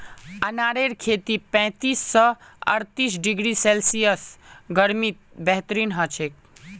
अनारेर खेती पैंतीस स अर्तीस डिग्री सेल्सियस गर्मीत बेहतरीन हछेक